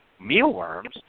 mealworms